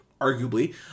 arguably